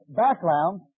background